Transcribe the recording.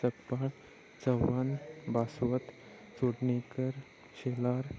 Sakpal Chavan Baswat Chudnekar Shelar